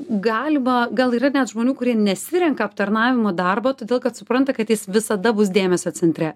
galima gal yra net žmonių kurie nesirenka aptarnavimo darbo todėl kad supranta kad jis visada bus dėmesio centre